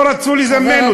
אז לא רצו לזמן אותו.